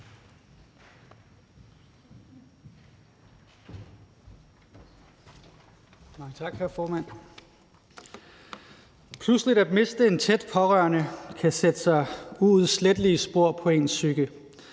Pludseligt at miste en tæt pårørende kan sætte sig uudslettelige spor i ens psyke.